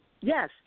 Yes